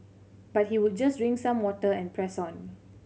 but he would just drink some water and press on